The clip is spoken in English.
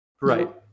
Right